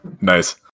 nice